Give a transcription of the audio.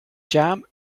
jam